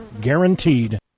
Guaranteed